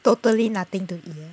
totally nothing to eat